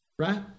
Right